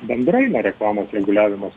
bendrai na reklamos reguliavimas